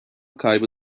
kaybı